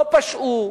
לא פשעו,